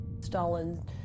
Stalin